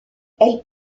elle